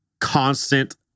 constant